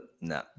no